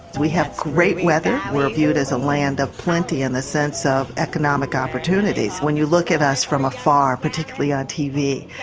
we have great weather, we're viewed as a land of plenty in the sense of economic opportunities. when you look at us from afar, particularly on tv,